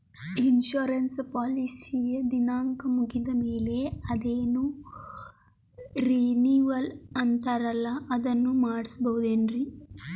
Insurance ಪಾಲಿಸಿಯ ದಿನಾಂಕ ಮುಗಿದ ಮೇಲೆ ಅದೇನೋ ರಿನೀವಲ್ ಅಂತಾರಲ್ಲ ಅದನ್ನು ಮಾಡಿಸಬಹುದೇನ್ರಿ?